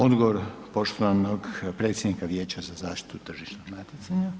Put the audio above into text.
Odgovor poštovanog predsjednika Vijeća za zaštitu tržišnog natjecanja.